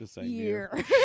year